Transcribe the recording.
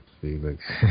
Felix